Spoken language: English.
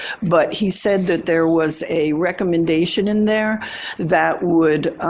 but he said that there was a recommendation in there that would